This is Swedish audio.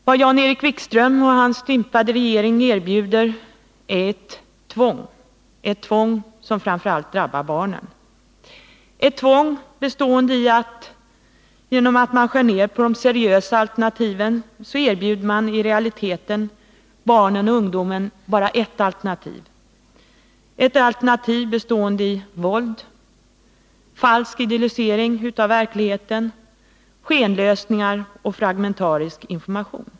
Vad Jan-Erik Wikström och hans stympade regering erbjuder är tvång, ett tvång som framför allt drabbar barnen. Det är ett tvång bestående i att man genom att man skär ner de seriösa alternativen så erbjuder man i realiteten barnen och ungdomen bara ett alternativ — ett alternativ bestående i våld, falsk idyllisering av verkligen, skenlösningar och fragmentarisk information.